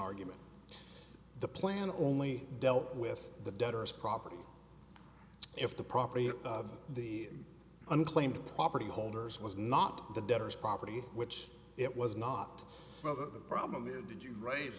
argument the plan only dealt with the debtors property if the property of the unclaimed property holders was not the debtors property which it was not whether the problem here did you raise